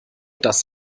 dass